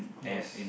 yes